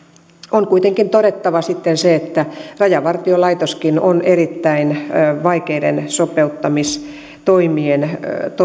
on kuitenkin todettava se että rajavartiolaitoskin on erittäin vaikeiden sopeuttamistoimien